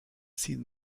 sin